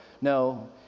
No